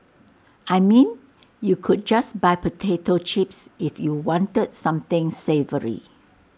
I mean you could just buy potato chips if you wanted something savoury